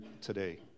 today